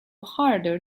harder